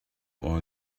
all